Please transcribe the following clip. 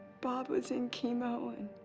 bob was in chemo and.